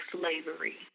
slavery